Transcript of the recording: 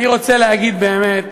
אני רוצה להגיד באמת